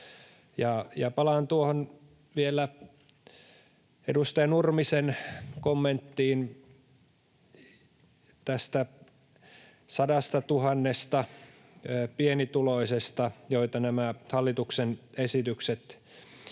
Palaan vielä edustaja Nurmisen kommenttiin 100 000 pienituloisesta, joita nämä hallituksen esitykset tuovat